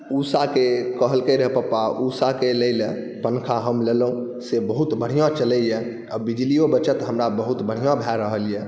उषाके कहलकै रहै पप्पा उषाके लैलए पँखा हम लेलहुँ से बहुत बढ़िआँ चलैए आओर बिजलिओ बचत हमरा बहुत बढ़िआँ भऽ रहल अइ